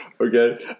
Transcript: Okay